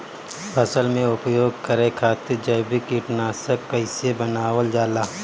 फसल में उपयोग करे खातिर जैविक कीटनाशक कइसे बनावल जाला?